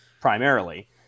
primarily